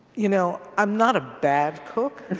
you know, i'm not a bad cook.